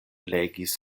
legis